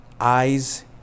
eyes